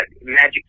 Magic